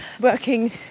working